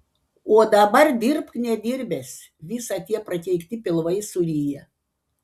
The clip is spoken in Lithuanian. o dabar dirbk nedirbęs visa tie prakeikti pilvai suryja